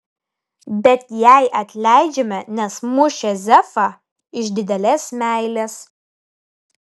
bet jai atleidžiame nes mušė zefą iš didelės meilės